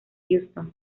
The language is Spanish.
houston